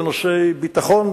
בנושאי ביטחון,